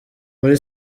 muri